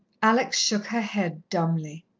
alex shook her head dumbly.